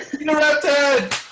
interrupted